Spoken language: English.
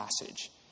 passage